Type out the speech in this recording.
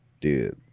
dude